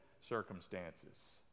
circumstances